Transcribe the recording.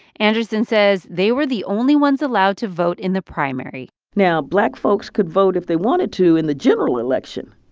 anderson says they were the only ones allowed to vote in the primary now, black folks could vote if they wanted to in the general election,